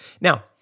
Now